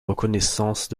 reconnaissance